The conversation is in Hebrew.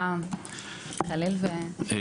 זה היה קליל ו --- כן,